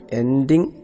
ending